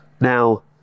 Now